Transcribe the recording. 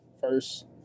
first